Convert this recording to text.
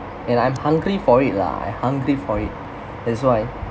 and I'm hungry for it lah I hungry for it that's why